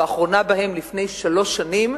והפעם האחרונה שבהן לפני שלוש שנים,